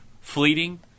fleeting